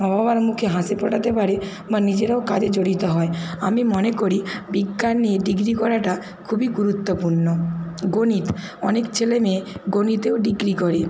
মা বাবার মুখে হাসি ফোটাতে পারে বা নিজেরাও কাজে জড়িত হয় আমি মনে করি বিজ্ঞান নিয়ে ডিগ্রি করাটা খুবই গুরুত্বপূর্ণ গণিত অনেক ছেলে মেয়ে গণিতেও ডিগ্রি করে